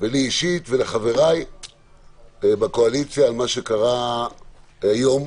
לי אישית ולחבריי בקואליציה על מה שקרה היום.